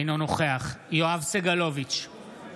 אינו נוכח יואב סגלוביץ'